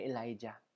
Elijah